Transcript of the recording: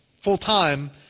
full-time